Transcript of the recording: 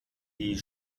die